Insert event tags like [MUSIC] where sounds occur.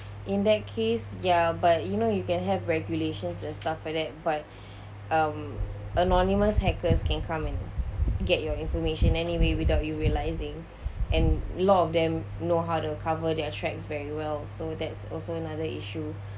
in that case ya but you know you can have regulations and stuff like that but [BREATH] um anonymous hackers can come and get your information anyway without you realising and a lot of them know how to cover their tracks very well so that's also another issue